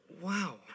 Wow